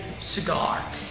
cigar